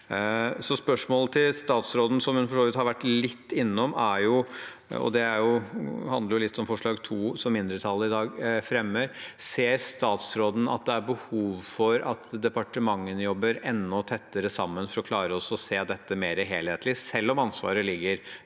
Spørsmålet til statsråden, som hun for så vidt har vært litt innom, og som handler litt om forslag nr. 2 som mindretallet i dag fremmer, er: Ser statsråden at det er behov for at departementene jobber enda tettere sammen for å klare å se dette mer helhetlig, selv om ansvaret ligger